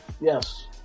Yes